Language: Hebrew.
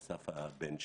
ואסף הבן שלי,